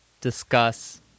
discuss